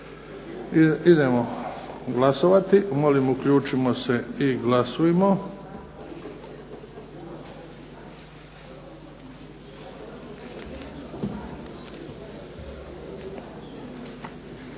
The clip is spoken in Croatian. Idemo glasovati. Molim uključimo se i glasujmo.